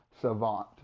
savant